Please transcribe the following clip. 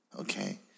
Okay